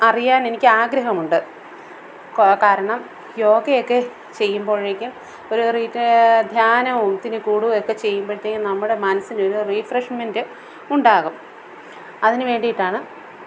അറിയാനെനിക്ക് ആഗ്രഹമുണ്ട് കാരണം യോഗയൊക്കെ ചെയ്യുമ്പോഴേക്കും ഒരു ധ്യാനത്തിന് കൂടുകയോ ഒക്കെ ചെയ്യുമ്പോഴത്തേക്കും നമ്മുടെ മനസ്സിനൊരു റീഫ്രഷ്മെൻറ് ഉണ്ടാകും അതിന് വേണ്ടിയിട്ടാണ്